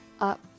up